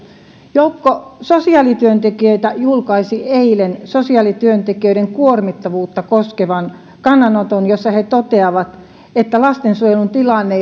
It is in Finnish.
joukko sosiaalityöntekijöitä julkaisi eilen sosiaalityöntekijöiden kuormittavuutta koskevan kannanoton jossa he toteavat että lastensuojelun tilanne